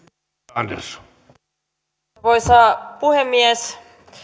arvoisa puhemies